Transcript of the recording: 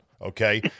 okay